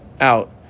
out